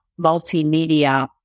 multimedia